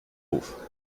ruf